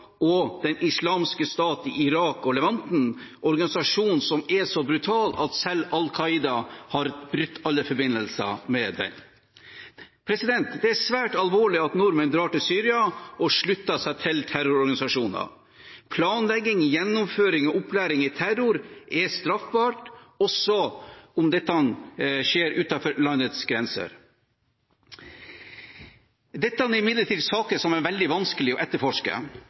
og Den islamske stat i Irak og Levanten, en organisasjon som er så brutal at selv Al-Qaida har brutt alle forbindelser med den. Det er svært alvorlig at nordmenn drar til Syria og slutter seg til terrororganisasjoner. Planlegging, gjennomføring og opplæring i terror er straffbart, også om dette skjer utenfor landets grenser. Dette er imidlertid saker som er veldig vanskelig å etterforske.